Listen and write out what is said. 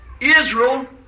Israel